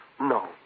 No